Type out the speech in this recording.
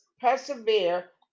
persevere